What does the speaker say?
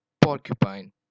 Porcupine